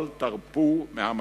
אל תרפו מהמשא-ומתן.